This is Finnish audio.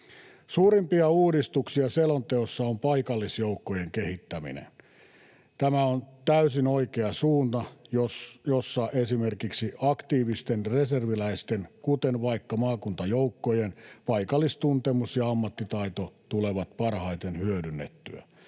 Suurimpia uudistuksia selonteossa on paikallisjoukkojen kehittäminen. Tämä on täysin oikea suunta, jossa esimerkiksi aktiivisten reserviläisten, kuten vaikka maakuntajoukkojen, paikallistuntemus ja ammattitaito tulee parhaiten hyödynnettyä.